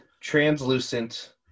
translucent